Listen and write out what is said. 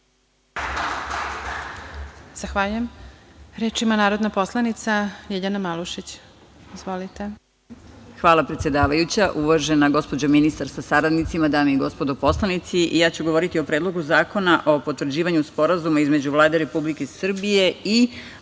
Zahvaljujem. Reč ima narodna poslanica Ljiljana Malušić. Izvolite. **Ljiljana Malušić** Hvala, predsedavajuća. Uvažena gospođo ministar sa saradnicima, dame i gospodo poslanici, ja ću govoriti o Predlogu zakona o potvrđivanju Sporazuma između Vlade Republike Srbije i